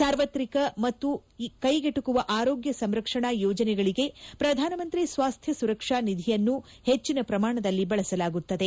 ಸಾರ್ವತ್ರಿಕ ಮತ್ತು ಕೈಗೆಟಕುವ ಆರೋಗ್ಯ ಸಂರಕ್ಷಣಾ ಯೋಜನೆಗಳಿಗೆ ಪ್ರಧಾನಮಂತ್ರಿ ಸ್ವಾಸ್ತ್ಯ ಸುರಕ್ಷ ನಿಧಿಯನ್ನು ಹೆಚ್ಲನ ಶ್ರಮಾಣದಲ್ಲಿ ಬಳಸಲಾಗುತ್ತದೆ